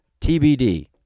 TBD